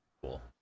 Cool